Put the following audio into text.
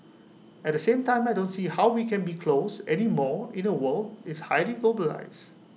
at the same time I don't see how we can be closed anymore in A world is highly globalised